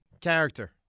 character